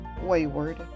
wayward